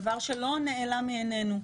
דבר שלא נעלם מעינינו,